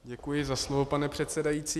Děkuji za slovo, pane předsedající.